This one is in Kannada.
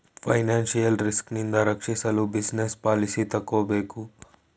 ಫೈನಾನ್ಸಿಯಲ್ ರಿಸ್ಕ್ ನಿಂದ ರಕ್ಷಿಸಲು ಬಿಸಿನೆಸ್ ಪಾಲಿಸಿ ತಕ್ಕೋಬೇಕು